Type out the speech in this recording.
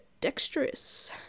dexterous